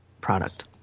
product